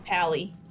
pally